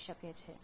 હોઈ શકે છે